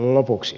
lopuksi